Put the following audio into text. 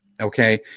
okay